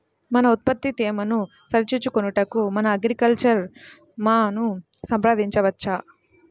మన ఉత్పత్తి తేమను సరిచూచుకొనుటకు మన అగ్రికల్చర్ వా ను సంప్రదించవచ్చా?